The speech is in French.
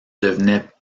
devenait